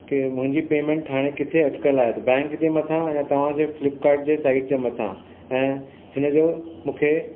की मुंहिंजी पेमैंट हाणे किथे अटकियलु आहे त बैंक जे मथां या तव्हांजे फ्लिपकाट जे साइट जे मथां ऐं हिन जो मूंखे